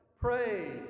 Pray